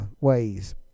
ways